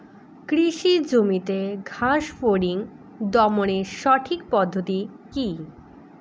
কৃষি জমিতে ঘাস ফরিঙ দমনের সঠিক পদ্ধতি কি?